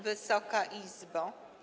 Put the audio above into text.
Wysoka Izbo!